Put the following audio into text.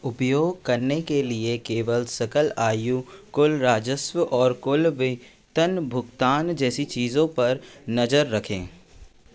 उपयोग करने के लिए केवल सकल आय कुल राजस्व और कुल वेतन भुगतान जैसी चीज़ों पर नज़र रखें